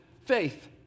faith